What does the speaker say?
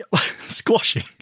squashing